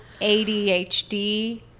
adhd